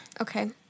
Okay